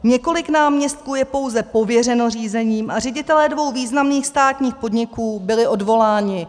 Několik náměstků je pouze pověřeno řízením a ředitelé dvou významných státních podniků byli odvoláni.